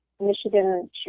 Michigan